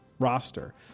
roster